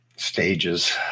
stages